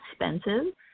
expensive